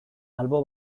albo